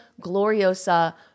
Gloriosa